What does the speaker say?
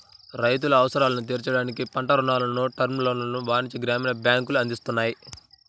రైతుల అవసరాలను తీర్చడానికి పంట రుణాలను, టర్మ్ లోన్లను వాణిజ్య, గ్రామీణ బ్యాంకులు అందిస్తున్నాయి